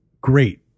great